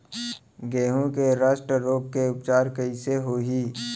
गेहूँ के रस्ट रोग के उपचार कइसे होही?